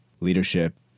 leadership